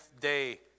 day